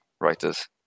writers